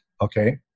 Okay